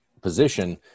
position